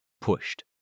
Pushed